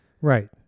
Right